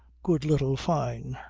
good little fyne.